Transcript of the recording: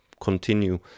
continue